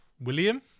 William